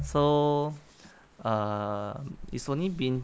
so uh it's only been